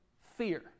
fear